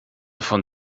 von